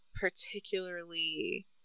particularly